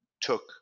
took